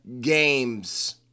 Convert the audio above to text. games